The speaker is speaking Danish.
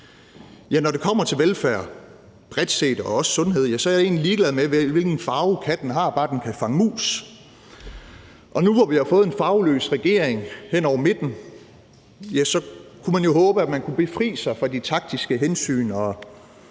Når det kommer til velfærd og sundhed bredt set, er jeg egentlig ligeglad med, hvilken farve katten har, bare den kan fange mus. Og nu, hvor vi har fået en farveløs regering hen over midten, kunne man jo håbe, at man kunne befri sig for de taktiske hensyn